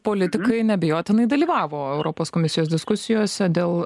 politikai neabejotinai dalyvavo europos komisijos diskusijose dėl